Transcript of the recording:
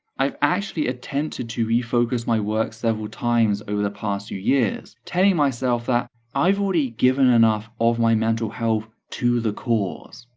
i've actually attempted to refocus my work several times over the past few years, telling myself that i've already given enough of my mental health to the cause.